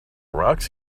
rocks